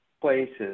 places